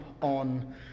on